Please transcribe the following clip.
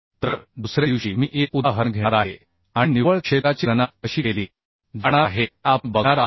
तर दुसऱ्या दिवशी मी एक उदाहरण घेणार आहे आणि निव्वळ क्षेत्राची गणना कशी केली जाणार आहे हे आपण बघणार आहोत